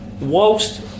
whilst